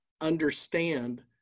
understand